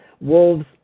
Wolves